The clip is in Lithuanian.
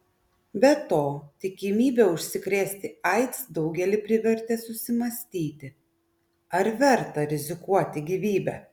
be to tikimybė užsikrėsti aids daugelį privertė susimąstyti ar verta rizikuoti gyvybe